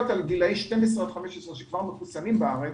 על גילאי 12 עד 15 שכבר מחוסנים בארץ,